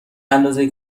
اندازه